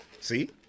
See